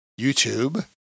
YouTube